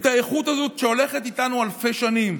את האיכות הזאת שהולכת איתנו אלפי שנים.